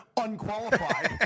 unqualified